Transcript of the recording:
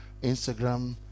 Instagram